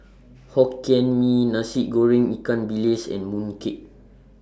Hokkien Mee Nasi Goreng Ikan Bilis and Mooncake